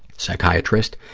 psychiatrist,